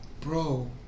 bro